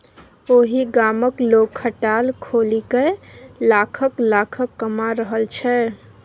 ओहि गामक लोग खटाल खोलिकए लाखक लाखक कमा रहल छै